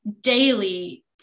daily